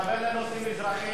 הוא התכוון, בחנות חרסינה.